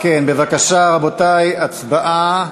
כן, בבקשה, רבותי, הצבעה.